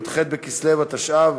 י"ח בכסלו התשע"ו,